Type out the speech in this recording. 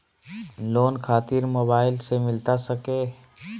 Loan खातिर mobile से मिलता सके?